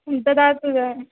ददातु